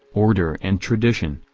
order and tradition,